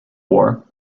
war